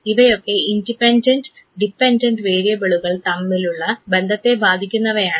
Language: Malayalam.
ഇവയൊക്കെ ഇൻഡിപെൻഡൻറ് ഡിപെൻഡൻറ് വേരിയബിളുകൾ തമ്മിലുള്ള ബന്ധത്തെ ബാധിക്കുന്നവയാണ്